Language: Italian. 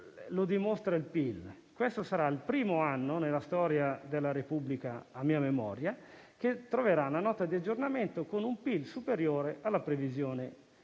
Lo dimostra il PIL: questo sarà il primo anno nella storia della Repubblica, a mia memoria, che troverà una Nota di aggiornamento al DEF con un PIL superiore alla previsione